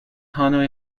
hanoi